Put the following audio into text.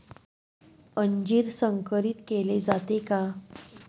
अंजीर संकरित केले जाते का?